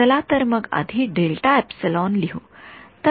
चला तर मग आधी लिहू